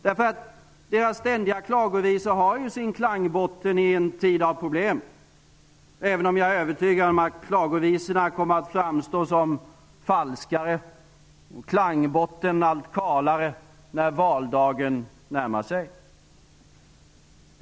Deras ständiga klagovisor har ju sin klangbotten i en tid av problem -- även om jag är övertygad om att klagovisorna kommer att framstå som falskare och klangbotten allt kalare när valdagen närmar sig.